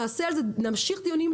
נמשיך בדיונים,